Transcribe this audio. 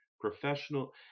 professional